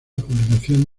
publicación